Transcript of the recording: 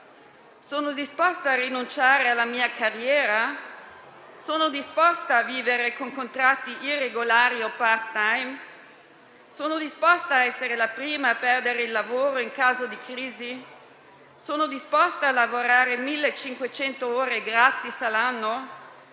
Sono disposta a rinunciare alla mia carriera? Sono disposta a vivere con contratti irregolari o *part-time*? Sono disposta a essere la prima a perdere il lavoro in caso di crisi? Sono disposta a lavorare 1.500 ore gratis all'anno?